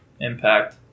impact